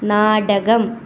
നാടകം